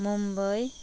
Mumbai